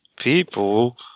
People